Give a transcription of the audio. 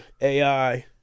AI